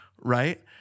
Right